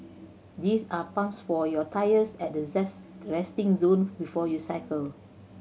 these are pumps for your tyres at the resting zone before you cycle